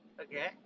okay